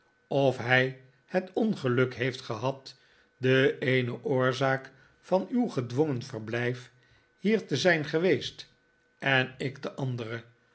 of hij het ongeluk heeft gehad de eene oorzaak van uw gedwongen verblijf hier te zijn geweest en ik de andere